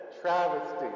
travesty